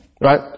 Right